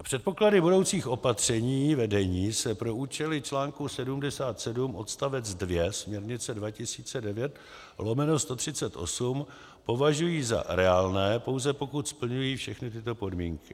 Předpoklady budoucích opatření vedení se pro účely čl. 77 odst. 2 směrnice 2009/138 považují za reálné, pouze pokud splňují všechny tyto podmínky: